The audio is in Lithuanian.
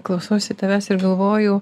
klausausi tavęs ir galvoju